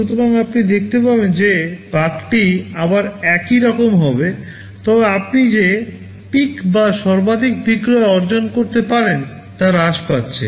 সুতরাং আপনি দেখতে পাবেন যে বাঁকটি আবার একই রকম হবে তবে আপনি যে পিক বা সর্বাধিক বিক্রয় অর্জন করতে পারেন তা হ্রাস পাচ্ছে